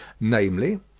namely,